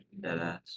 Deadass